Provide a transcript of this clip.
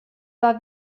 war